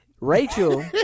Rachel